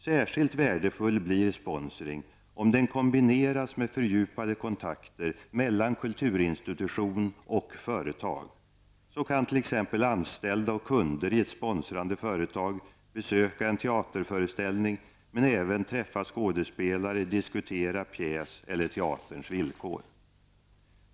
Särskilt värdefull blir sponsring om den kombineras med fördjupade kontakter mellan kulturinstitution och företag. Så kan t.ex. anställda och kunder i ett sponsrande företag besöka en teaterföreställning men även träffa skådespelare och diskutera pjäs eller teaterns villkor.